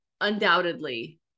undoubtedly